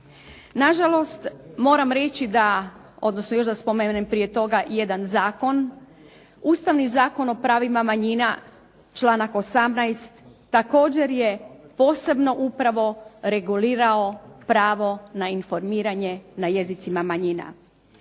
Nažalost, moram reći da odnosno još da spomenem prije toga jedan zakon. Ustavni zakon o pravima manjina članak 18. također je posebno upravo regulirao pravo na informiranje na jezicima manjina.